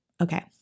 Okay